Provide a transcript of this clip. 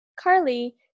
Carly